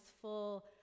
full